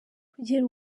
kugera